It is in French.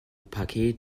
paquet